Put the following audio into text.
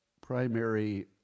primary